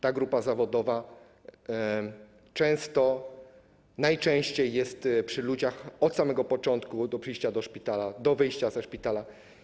Ta grupa zawodowa najczęściej jest przy ludziach od samego początku, od przyjścia do szpitala do wyjścia ze szpitala.